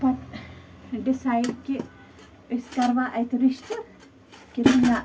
پَتہٕ ڈِسایِڈ کہِ أسۍ کَرٕوا اَتہِ رِشتہٕ کِنہٕ نہ